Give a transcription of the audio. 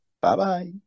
Bye-bye